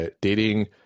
dating